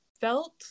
felt